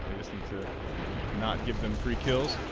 to not give them three kills